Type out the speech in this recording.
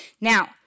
Now